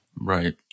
Right